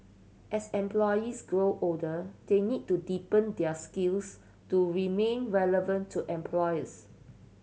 as employees grow older they need to deepen their skills to remain relevant to employers